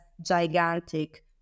gigantic